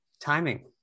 Timing